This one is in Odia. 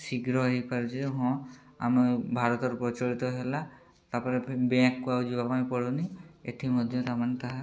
ଶୀଘ୍ର ହେଇପାରୁଛେ ହଁ ଆମ ଭାରତରେ ପ୍ରଚଳିତ ହେଲା ତାପରେ ବ୍ୟାଙ୍କକୁ ଆଉ ଯିବାପାଇଁ ପଡ଼ୁନି ଏଠି ମଧ୍ୟ ସେମାନେ ତାହା